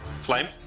flame